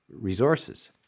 resources